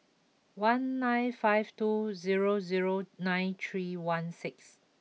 one nine five two zero zero nine three one six